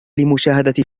لمشاهدة